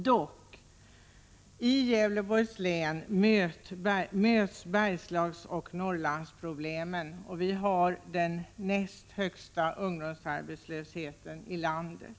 Dock: I Gävleborgs län möts Bergslagsoch Norrlandsproblemen. Vi har den näst högsta ungdomsarbetslösheten i landet.